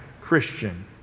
Christian